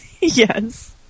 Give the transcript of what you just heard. Yes